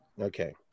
Okay